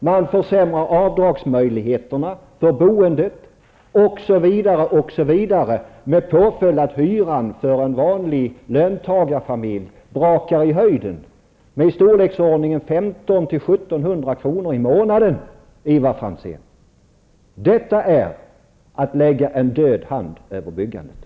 Man försämrar avdragsmöjligheterna för boendet osv. med den följden att hyran för en vanlig löntagarfamilj rusar i höjden med 1 500-- 1 700 kr. i månaden, Ivar Franzén! Det är att lägga en död hand över byggandet.